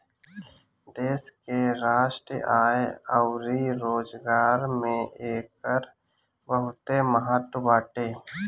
देश के राष्ट्रीय आय अउरी रोजगार में एकर बहुते महत्व बाटे